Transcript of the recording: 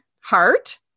heart